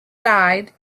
died